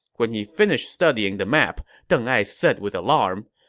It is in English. when he finished studying the map, deng ai said with alarm,